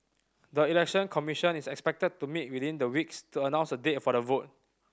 the Election Commission is expected to meet within the weeks to announce a date for the vote